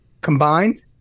combined –